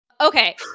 Okay